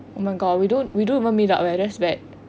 oh my god we don't we don't even meet up leh that's bad